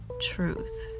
truth